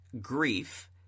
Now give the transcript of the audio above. grief